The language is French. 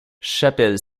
chapelle